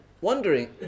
wondering